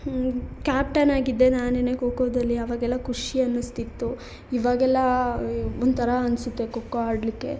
captain ಆಗಿದ್ದೆ ನಾನೇ ಖೋಖೋದಲ್ಲಿ ಆವಾಗೆಲ್ಲ ಖುಷಿ ಅನಿಸ್ತಿತ್ತು ಇವಾಗೆಲ್ಲ ಒಂಥರ ಅನಿಸುತ್ತೆ ಖೋಖೋ ಆಡಲಿಕ್ಕೆ